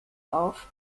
auf